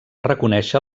reconèixer